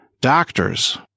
doctors